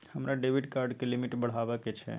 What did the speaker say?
हमरा debit card के limit बढावा के छै